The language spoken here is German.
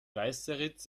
weißeritz